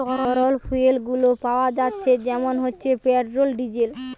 তরল ফুয়েল গুলো পাওয়া যাচ্ছে যেমন হচ্ছে পেট্রোল, ডিজেল